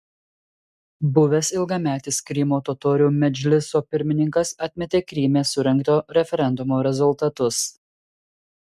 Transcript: buvęs ilgametis krymo totorių medžliso pirmininkas atmetė kryme surengto referendumo rezultatus